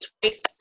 twice